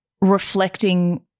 reflecting